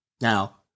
Now